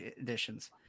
editions